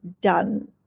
done